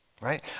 Right